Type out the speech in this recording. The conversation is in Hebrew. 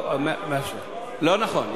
לא נכון.